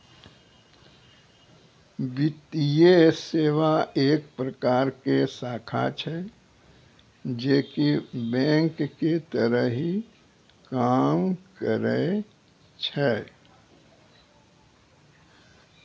वित्तीये सेवा एक प्रकार के शाखा छै जे की बेंक के तरह ही काम करै छै